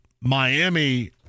Miami